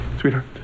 Sweetheart